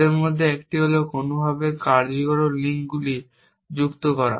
তার মধ্যে একটি হল কোনওভাবে কার্যকারণ লিঙ্কগুলি যুক্ত করা